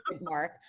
mark